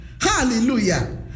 Hallelujah